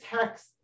text